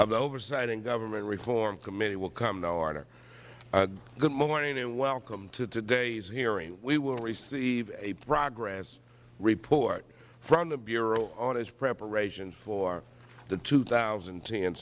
of the oversight and government reform committee will come to order good morning and welcome to today's hearing we will receive a progress report from the bureau on its preparations for the two thousand and ten